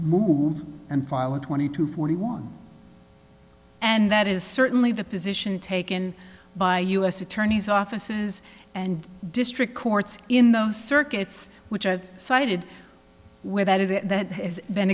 move and file a twenty to forty one and that is certainly the position taken by u s attorneys offices and district courts in those circuits which i've cited where that is that is been